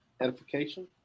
edification